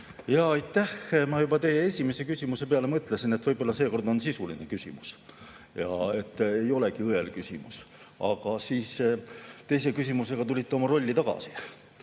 Aitäh! Ma juba teie esimese küsimuse peale mõtlesin, et võib-olla seekord on sisuline küsimus, et ei olegi õel küsimus. Aga teise küsimusega tulite oma rolli tagasi.